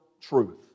truth